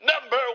Number